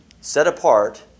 set-apart